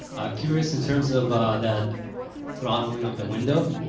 curious in terms of that throttling of the window,